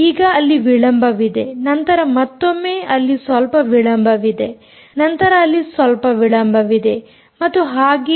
ಈಗ ಅಲ್ಲಿ ವಿಳಂಬವಿದೆ ನಂತರ ಮತ್ತೊಮ್ಮೆ ಅಲ್ಲಿ ಸ್ವಲ್ಪ ವಿಳಂಬವಿದೆ ನಂತರ ಅಲ್ಲಿ ಸ್ವಲ್ಪ ವಿಳಂಬವಿದೆ ಮತ್ತು ಹಾಗೆಯೇ